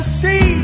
see